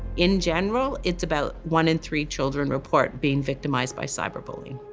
in general, it's about one in three children report being victimized by cyberbullying.